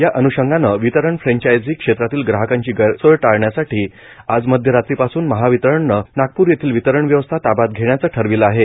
याअन्षंगानं वितरण फ्रेंचाइझी क्षेत्रातील ग्राहकांची गैरसोय टाळण्यासाठी आज मध्य रात्री पासून महावितरणने नागपूर येथील वितरण व्यवस्था ताब्यात घेण्याचे ठरविले आहे